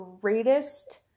greatest